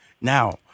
Now